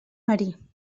marí